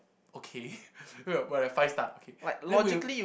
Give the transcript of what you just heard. okay we're we're five star okay then when you